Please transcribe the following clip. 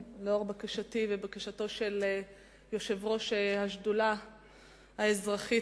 לאור בקשתי ובקשתו של יושב-ראש השדולה האזרחית,